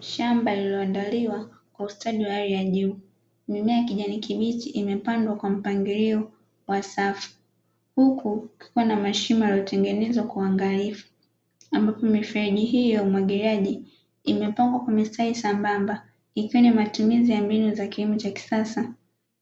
Shamba lililoandaliwa kwa ustadi wa hali ya juu mimea kijani kibichi imepandwa kwa mpangilio wa safu huku tuko na mashimo yaliyotengenezwa kuangalia hiyo umwagiliaji imepangwa kumesai sambamba. Ikiwa ni matumizi ya mbinu za kilimo cha kisasa